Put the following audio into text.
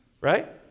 right